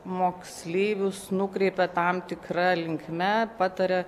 moksleivius nukreipia tam tikra linkme pataria